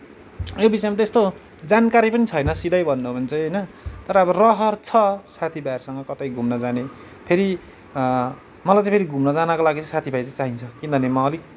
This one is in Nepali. यो विषयमा यस्तो हो जानकारी पनि छैन सिधै भन्नु हो भने चाहिँ होइन तर अब रहर छ साथीभाइहरूसँग कतै घुम्न जाने फेरि मलाई चाहिँ फेरि घुम्न जानको लागि साथीभाइ चाहिँ चाहिन्छ किनभने म अलिक